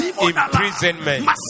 imprisonment